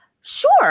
Sure